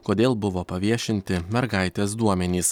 kodėl buvo paviešinti mergaitės duomenys